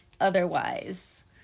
otherwise